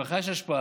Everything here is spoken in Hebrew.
לך יש השפעה,